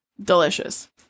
delicious